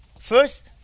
first